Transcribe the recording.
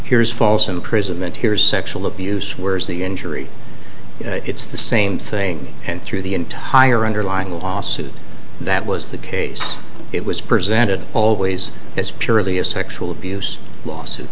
here's false imprisonment here's sexual abuse where is the injury it's the same thing and through the entire underlying lawsuit that was the case it was presented always as purely a sexual abuse lawsuit